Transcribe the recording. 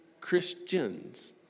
Christians